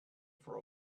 for